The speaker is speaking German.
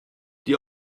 die